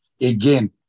again